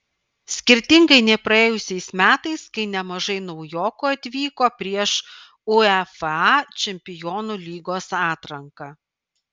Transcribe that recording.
skirtingai nei praėjusiais metais kai nemažai naujokų atvyko prieš uefa čempionų lygos atranką